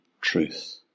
truth